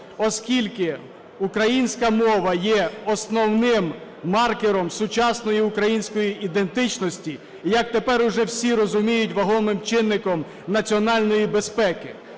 оскільки українська мова є основним маркером сучасної української ідентичності і, як тепер вже всі розуміють, вагомим чинником національної безпеки.